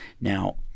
now